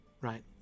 right